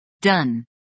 Done